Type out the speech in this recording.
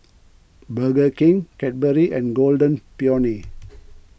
Burger King Cadbury and Golden Peony